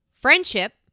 Friendship